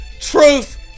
truth